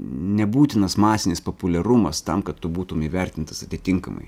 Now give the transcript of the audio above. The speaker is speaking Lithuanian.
nebūtinas masinis populiarumas tam kad tu būtum įvertintas atitinkamai